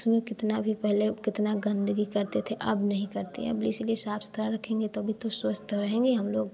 सो कितना भी पहले कितना गंदगी करते थे अब नहीं करते हैं अब इसीलिए साफ़ सुथरा रखेंगे तभी तो स्वस्थ रहेंगे हम लोग